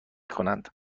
کنند